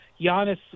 Giannis